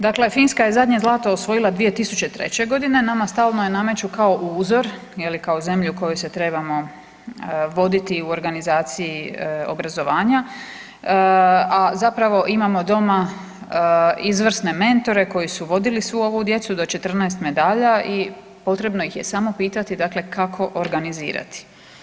Dakle, Finska je zadnje zlato osvojila 2003., nama stalno je nameću kao uzor je li kao zemlju u kojoj se trebamo voditi u organizaciji obrazovanja, a zapravo imamo doma izvrsne mentore koji su vodili svu ovu djecu do 14 medalja i potrebno ih je samo pitati dakle kako organizirati.